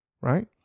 right